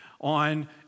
on